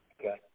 Okay